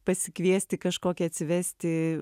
pasikviesti kažkokį atsivesti